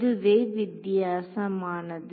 இதுவே வித்தியாசமானது